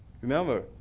Remember